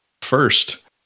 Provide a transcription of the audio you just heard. first